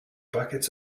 buckets